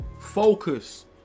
focus